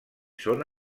són